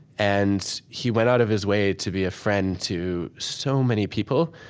and he went out of his way to be a friend to so many people.